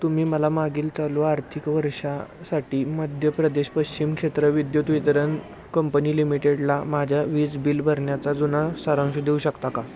तुम्ही मला मागील चालू आर्थिक वर्षासाठी मध्य प्रदेश पश्चिम क्षेत्र विद्युत वितरण कंपनी लिमिटेडला माझ्या वीज बिल भरण्याचा जुना सारांश देऊ शकता का